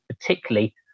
particularly